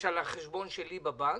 זה לא האשראי שיש על החשבון שלי בבנק